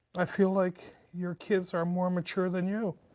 i feel like your kids are more mature than you.